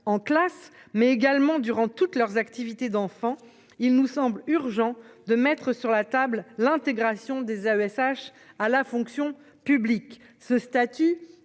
en classe mais également durant toutes leurs activités d'enfants. Il nous semble urgent de mettre sur la table l'intégration des AESH à la fonction publique ce statut